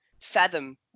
fathom